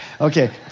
Okay